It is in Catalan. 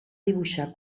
dibuixar